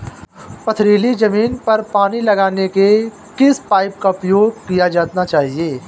पथरीली ज़मीन पर पानी लगाने के किस पाइप का प्रयोग किया जाना चाहिए?